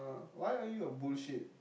why are you a bullshit